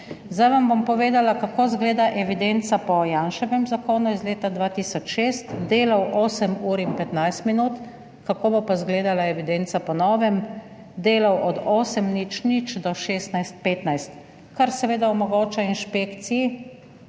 Zdaj vam bom povedala, kako izgleda evidenca po Janševem zakonu iz leta 2006, delal 8 h in 15 min, kako bo pa izgledala evidenca po novem: delal od 8.00 do 16.15, kar seveda omogoča inšpekciji